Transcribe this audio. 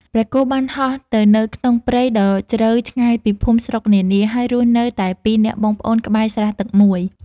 ព្រះគោបានហោះទៅនៅក្នុងព្រៃដ៏ជ្រៅឆ្ងាយពីភូមិស្រុកនានា ហើយរស់នៅតែពីរនាក់បងប្អូនក្បែរស្រះទឹកមួយ។